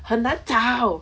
很难找